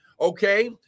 okay